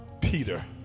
Peter